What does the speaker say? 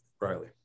Riley